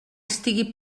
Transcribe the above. estigui